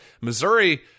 Missouri